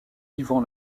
yvan